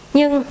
Nhưng